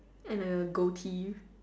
and a goatee